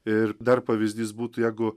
ir dar pavyzdys būtų jegu